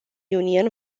union